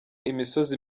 imisozi